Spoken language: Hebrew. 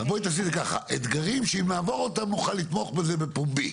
תעשי את זה ככה: אתגרים שאם נעבור אותם נוכל לתמוך בזה בפומבי,